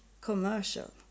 commercial